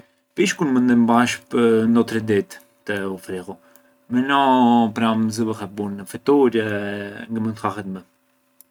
Pishkun mënd e mbash pë’ no tri ditë te u frighu, më no pranë zë fill e bunë fitur e ngë mënd hahet më.